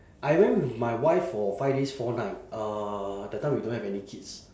I went with my wife for five days four night uh that time we don't have any kids